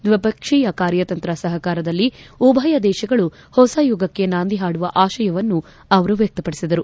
ದ್ವಿಪಕ್ಷೀಯ ಕಾರ್ಯತಂತ್ರ ಸಹಕಾರದಲ್ಲಿ ಉಭಯ ದೇಶಗಳು ಹೊಸ ಯುಗಕ್ಕೆ ನಾಂದಿ ಹಾಡುವ ಆಶಯವನ್ನು ಅವರು ವ್ವಕ್ತಪಡಿಸಿದರು